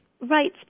Right